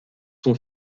sont